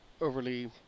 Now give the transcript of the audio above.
overly